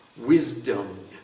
wisdom